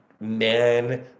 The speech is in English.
men